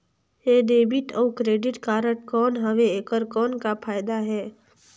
ये डेबिट अउ credit card कौन हवे एकर कौन फाइदा हे?